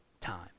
time